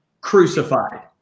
crucified